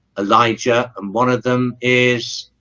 elijah and one of them is